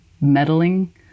meddling